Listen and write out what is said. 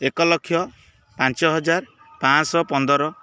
ଏକ ଲକ୍ଷ ପାଞ୍ଚ ହଜାର ପାଞ୍ଚଶହ ପନ୍ଦର